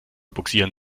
bugsieren